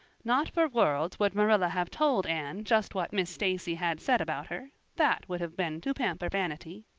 not for worlds would marilla have told anne just what miss stacy had said about her that would have been to pamper vanity.